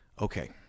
Okay